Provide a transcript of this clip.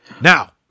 Now